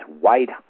white